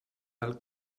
del